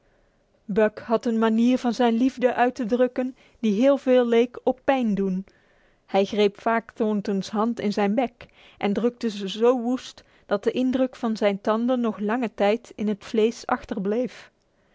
buck had een manier van zijn liefde uit te drukken die heel veel leek op pijn doen hij greep vaak thornton's hand in zijn bek en drukte ze zo woest dat de indruk van zijn tanden nog lange tijd in het vlees